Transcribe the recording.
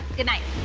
goodnight.